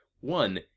one